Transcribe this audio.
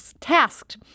tasked